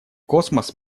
космос